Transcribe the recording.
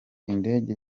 indege